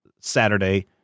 Saturday